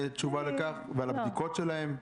או מהמרפאות שלנו או מהבית שלהם,